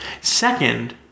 Second